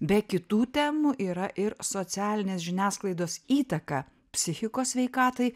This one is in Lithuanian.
be kitų temų yra ir socialinės žiniasklaidos įtaka psichikos sveikatai